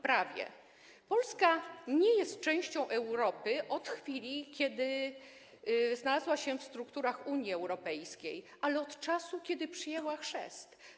Polska nie jest częścią Europy od chwili, kiedy znalazła się w strukturach Unii Europejskiej, ale od czasu, kiedy przyjęła chrzest.